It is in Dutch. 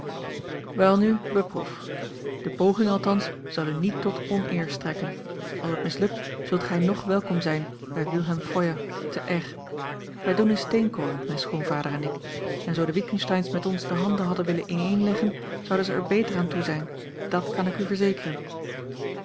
welnu beproef de poging althans zal u niet tot oneer strekken als het mislukt zult gij ng welkom zijn bij wilhelm feuer te r wij doen in steenkolen mijn schoonvader en ik en zoo de witgensteyns met ons de handen hadden willen ineenleggen zouden zij er beter aan toe zijn dàt kan ik u verzekeren